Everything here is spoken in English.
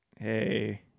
Hey